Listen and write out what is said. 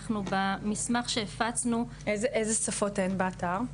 אנחנו במסמך שהפצנו --- איזה שפות אין באתר?